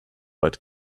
but